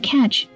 Catch